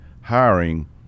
hiring